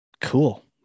cool